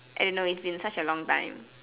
I don't know it's been such a long time